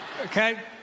Okay